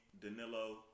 Danilo